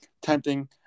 tempting